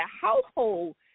household